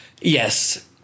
Yes